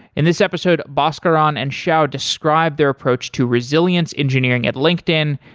in this episode, bhaskaran and shao describe their approach to resilience engineering at linkedin,